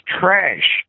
trash